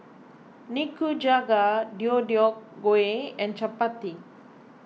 Nikujaga Deodeok Gui and Chapati